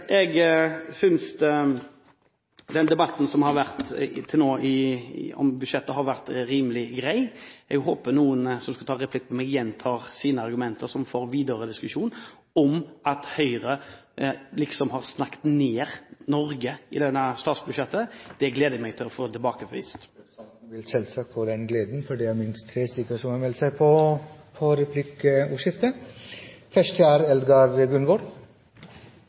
Jeg synes den debatten om budsjettet som har vært til nå, har vært rimelig grei. Jeg håper noen som skal ta replikk på meg, gjentar sine argumenter, så vi får en videre diskusjon om at Høyre liksom har snakket ned Norge i dette statsbudsjettet. Det gleder jeg meg til å få tilbakevist. Representanten vil få den gleden, for det er minst tre stykker som har meldt seg på til replikkordskiftet.